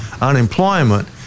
unemployment